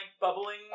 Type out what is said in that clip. bubbling